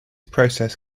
process